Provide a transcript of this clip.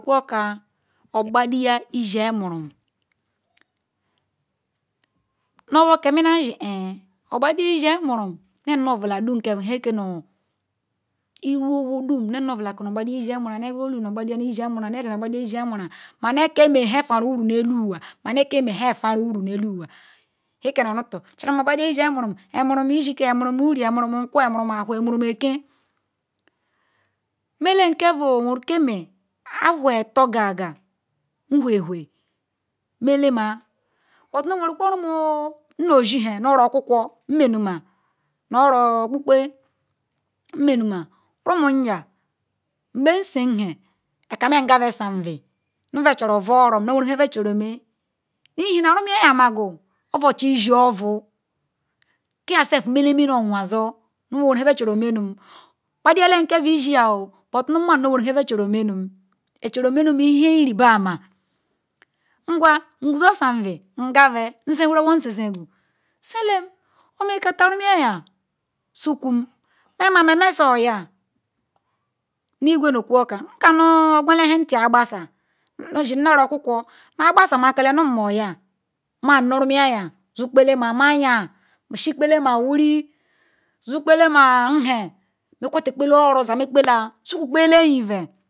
Nku oka agbadiya Isiemuru owokamunasi ogbadiya Isiemuru nye nu nyeobula dum keve nheke nu Iwo dum nye-nu-nyeobula kene gbadiya Isiemuruya yolubkene agbadiya Isiemuruya ye-eli kene agbadiya Isiemuruya mayekeme nha venuru nu oluanwa, mayekeme nhe vena uru ne olunwa nhe kanu onutor nchem agbadiya Isiemurum emurum Isika emurum nu uve emurum nu nkwa emurum nu awhor emurum nu eken, nmele keveoo, owevu keme ahua-etor gaga nwhe ewhe nmene mua oweru kpo rumuhu nnoizinhe nu orokwukwo nmenu maa nu-oro okpokpe nmenu ma. Rumuyam nmesinhe beka me yekabe sambi nube suru ova-orom nu oweru besuru ome, Ihena Rumumeya wan makwu obuchibIsiova kiaself mena onwazu nu oweru nhe beehoru omenu ngbaduyala. Keve Isiaoo but no nmanu oweru nhe bechoru omenu bechoru omenu iheiribama ngwa nguzo sambi nyekave nsiwuru owo-nsisi nsile omekataru vumuyiawan sukum nma ma-me-suohia nu Igwe nu oku-okar, nkanu ogwala nhenti agbasa nu agbasamakele nu nmuolia nmam nu Rumeyawan sukwole ma-mayia sikole ma wuri sukole ma-nhe mekwatukole ma-oro zamakole sukukpa ele-enyiue.